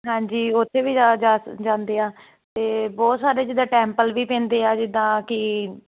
ਹਾਂਜੀ ਉਥੇ ਵੀ ਜਾ ਜਾਂਦੇ ਆ ਤੇ ਬਹੁਤ ਸਾਰੇ ਜਿੱਦਾਂ ਟੈਂਪਲ ਵੀ ਪੈਂਦੇ ਆ ਜਿਦਾਂ ਕੀ